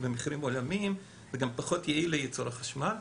במחירים עולמיים וזה גם פחות יעיל לייצור החשמל.